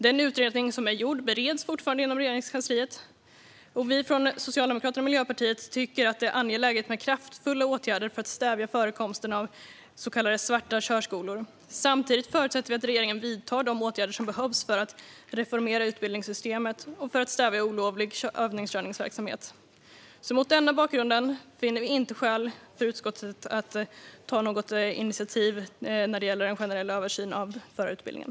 Den utredning som gjorts bereds fortfarande inom Regeringskansliet, och vi från Socialdemokraterna och Miljöpartiet tycker att det är angeläget med kraftfulla åtgärder för att stävja förekomsten av så kallade svarta körskolor. Samtidigt förutsätter vi att regeringen vidtar de åtgärder som behövs för att reformera utbildningssystemet och stävja olovlig övningskörningsverksamhet. Mot denna bakgrund finner vi att det inte finns skäl för utskottet att ta något initiativ när det gäller en generell översyn av förarutbildningen.